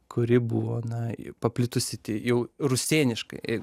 kuri buvo na paplitusi ti jau rusėniškai